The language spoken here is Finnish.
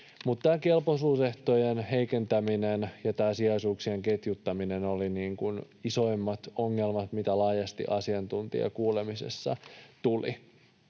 ketjuttaa. Tämä kelpoisuusehtojen heikentäminen ja tämä sijaisuuksien ketjuttaminen olivat isoimmat ongelmat, jotka laajasti asiantuntijakuulemisessa tulivat